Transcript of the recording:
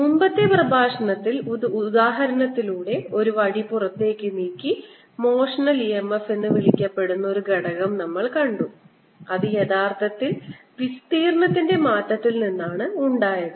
മുമ്പത്തെ പ്രഭാഷണത്തിൽ ഒരു ഉദാഹരണത്തിലൂടെ ഒരു വടി പുറത്തേക്ക് നീക്കി മോഷണൽ EMF എന്ന് വിളിക്കപ്പെടുന്ന ഒരു ഘടകം നമ്മൾ കണ്ടു അത് യഥാർത്ഥത്തിൽ വിസ്തീർണത്തിൻറെ മാറ്റത്തിൽ നിന്നാണ് ഉണ്ടായത്